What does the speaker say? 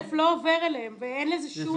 הכסף לא עובר אליהם ואין לזה שום צידוק.